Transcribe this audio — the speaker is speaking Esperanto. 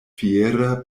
fiera